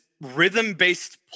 rhythm-based